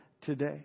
today